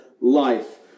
life